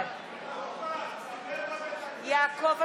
ירדנה,